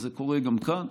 וזה קורה גם כאן.